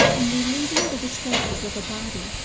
in relieving the distresses of the body,